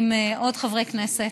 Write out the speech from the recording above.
עם עוד חברי הכנסת,